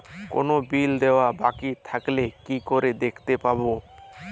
কোনো বিল দেওয়া বাকী থাকলে কি করে দেখতে পাবো?